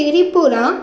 Tripura